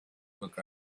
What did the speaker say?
book